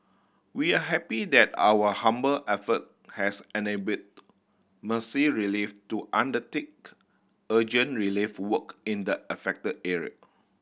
we are happy that our humble effort has enabled Mercy Relief to undertake urgent relief work in the affected area